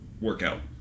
workout